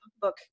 book